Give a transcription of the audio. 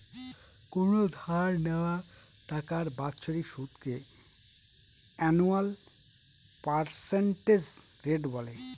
কোনো ধার নেওয়া টাকার বাৎসরিক সুদকে আনুয়াল পার্সেন্টেজ রেট বলে